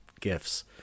gifts